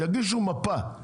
יגישו מפה,